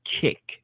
kick